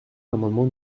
l’amendement